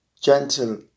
gentle